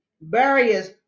barriers